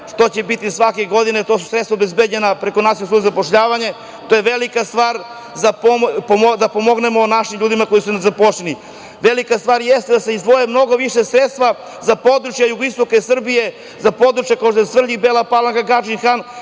što će biti svake godine, to su sredstva obezbeđena preko Nacionalne službe za zapošljavanje. To je velika stvar da pomognemo našim ljudima koji su nezaposleni. Velika stvar jeste da se izdvoje mnogo veća sredstva za područje jugoistočne Srbije, za područja kao što su Svrljig, Bela Palanka, Gadžin